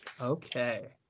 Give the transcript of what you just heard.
Okay